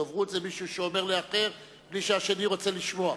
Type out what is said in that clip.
דוברות זה מישהו שאומר לאחר בלי שהשני רוצה לשמוע.